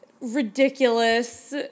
ridiculous